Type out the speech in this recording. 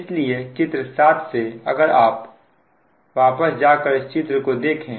इसलिए चित्र 7 से अगर आप वापस जाकर इस चित्र को देखें